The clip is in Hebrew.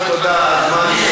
חזן, תודה על הזמן,